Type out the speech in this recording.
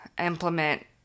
implement